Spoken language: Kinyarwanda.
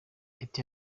reta